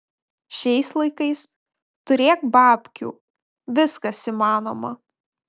šiais laikais turėk babkių viskas įmanoma